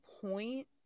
point